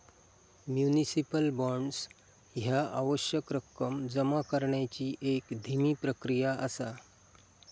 municipal bonds ह्या आवश्यक रक्कम जमा करण्याची एक धीमी प्रक्रिया असा